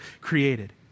created